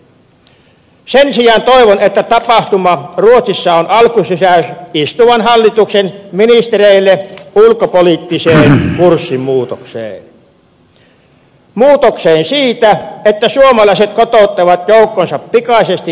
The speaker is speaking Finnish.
sen sijaan toivon että tapahtuma ruotsissa on alkusysäys istuvan hallituksen ministereille ulkopoliittiseen kurssimuutokseen siihen muutokseen että suomalaiset kotouttavat joukkonsa pikaisesti afganistanista